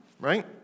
Right